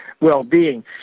well-being